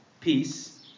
peace